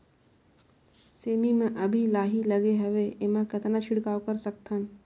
सेमी म अभी लाही लगे हवे एमा कतना छिड़काव कर सकथन?